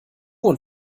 und